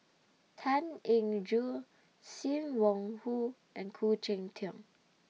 Tan Eng Joo SIM Wong Hoo and Khoo Cheng Tiong